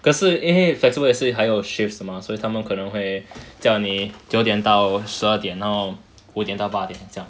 可是因为 flexible 也是还有 shifts 的 mah 所以他们可能会叫你九点到十二点然后五点到八点很像